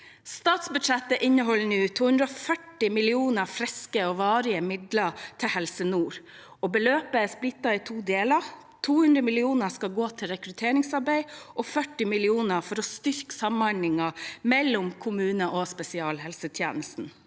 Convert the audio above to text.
Statsbudsjettet inneholder nå 240 millioner friske og varige midler til Helse nord. Beløpet er splittet i to deler. 200 mill. kr skal gå til rekrutteringsarbeid, og 40 mill. kr skal gå til å styrke samhandlingen mellom kommunehelsetjenesten